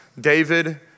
David